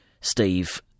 Steve